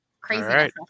Crazy